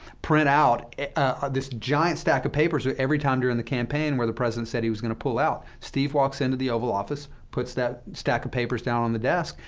print out this giant stack of papers that every time during the campaign where the president said he was going to pull out. steve walks into the oval office, puts that stack of papers down on the desk,